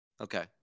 okay